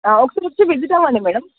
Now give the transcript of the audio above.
ఒకసారి వచ్చి విజిట్ అవ్వండి మ్యాడమ్